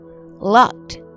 Locked